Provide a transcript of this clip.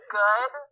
good